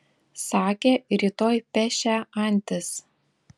sakė rytoj pešią antis